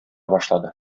башлады